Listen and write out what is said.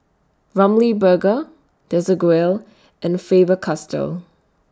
Ramly Burger Desigual and Faber Castell